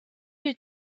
des